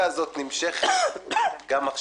פחות מארבעה שבועות עד לבחירות,